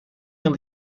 yıl